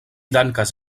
dankas